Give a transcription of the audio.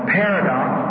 paradox